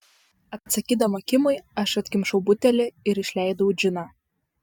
atsakydama kimui aš atkimšau butelį ir išleidau džiną